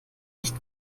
nicht